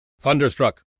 Thunderstruck